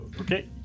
Okay